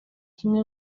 kimwe